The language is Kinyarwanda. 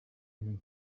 nti